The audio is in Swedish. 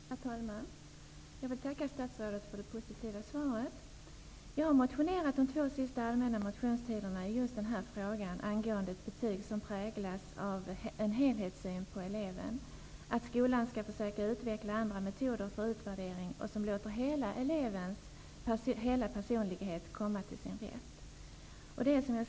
Herr talman! Jag tackar statsrådet för det positiva svaret. Jag har under de två senaste motionstiderna motionerat i frågan om ett betyg som präglas av en helhetssyn på eleven, dvs. att skolan skall försöka utveckla andra metoder för utvärdering som låter elevens hela personlighet komma till sin rätt.